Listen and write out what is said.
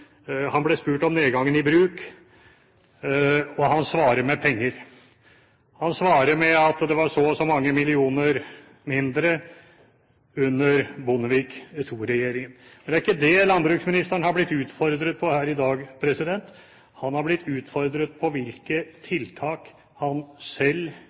Han ble spurt om nedgangen i bruk, og han svarer med penger. Han svarer med at det var så og så mange millioner mindre under Bondevik II-regjeringen. Men det er ikke det landbruksministeren har blitt utfordret på her i dag. Han har blitt utfordret på hvilke